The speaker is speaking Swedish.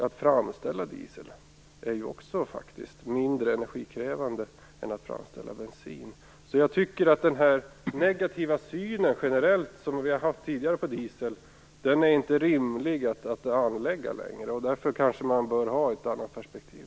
Att framställa diesel är ju faktiskt också mindre energikrävande än att framställa bensin. Den negativa syn som vi tidigare generellt har haft på diesel är alltså inte rimlig längre, och därför kanske man bör ha ett annat perspektiv.